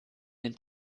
den